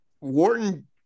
wharton